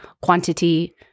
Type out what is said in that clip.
quantity